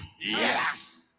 yes